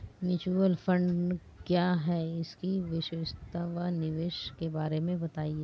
Mutual fund क्या है इसकी विशेषता व निवेश के बारे में बताइये?